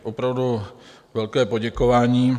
Opravdu velké poděkování.